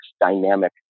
dynamic